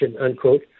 unquote